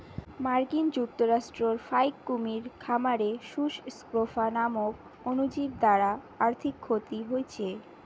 মার্কিন যুক্তরাষ্ট্রর ফাইক কুমীর খামারে সুস স্ক্রফা নামক অণুজীব দ্বারা আর্থিক ক্ষতি হইচে